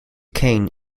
kane